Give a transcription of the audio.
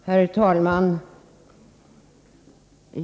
Herr talman!